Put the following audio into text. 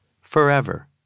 forever